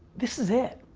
this is it,